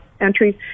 entries